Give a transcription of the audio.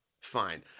fine